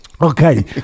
Okay